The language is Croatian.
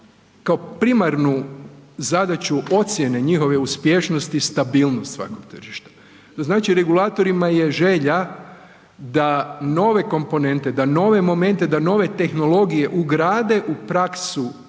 kao primarnu zadaću ocjene njihove uspješnosti stabilnost svakog tržišta. To znači regulatorima je želja da nove komponente, da nove momente, da nove tehnologije ugrade u praksu